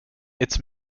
its